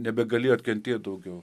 nebegalėjot kentėt daugiau